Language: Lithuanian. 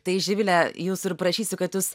tai živile jūsų prašysiu kad jūs